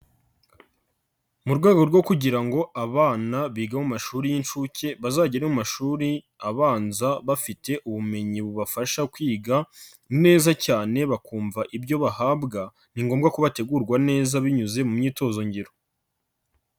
Mu rwego rwo kugira ngo abana biga mu mashuri y'inshuke bazagere mu mashuri abanza bafite ubumenyi bubafasha kwiga, neza cyane bakumva ibyo bahabwa, ni ngombwa ko bategurwa neza binyuze mu myitozo ngiro.